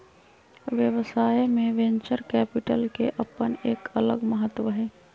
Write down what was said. व्यवसाय में venture capital के अपन एक अलग महत्व हई